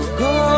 go